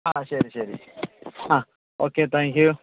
ആ ശരി ശരി ആ ഓക്കെ താങ്ക്യൂ